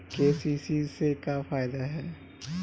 KCC से का फायदा ह?